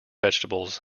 vegetables